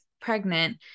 pregnant